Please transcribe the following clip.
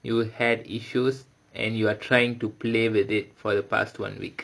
you had issues and you are trying to play with it for the past one week